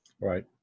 Right